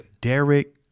Derek